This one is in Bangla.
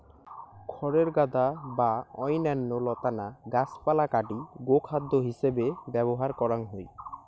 খড়ের গাদা বা অইন্যান্য লতানা গাছপালা কাটি গোখাদ্য হিছেবে ব্যবহার করাং হই